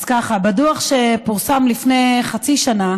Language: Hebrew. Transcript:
אז ככה: בדוח שפורסם לפני חצי שנה